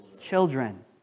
children